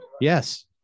Yes